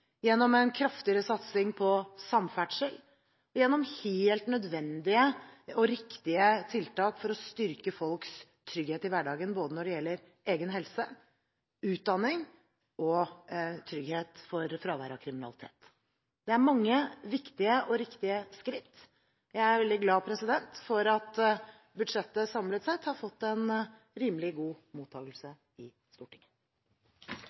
gjennom en kraftigere satsing på samferdsel og gjennom helt nødvendige og riktige tiltak for å styrke folks trygghet i hverdagen når det gjelder egen helse, utdanning og trygghet for fravær av kriminalitet. Det er mange viktige og riktige skritt. Jeg er veldig glad for at budsjettet samlet sett har fått en rimelig god mottagelse i Stortinget.